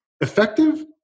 effective